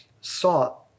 sought